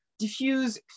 diffuse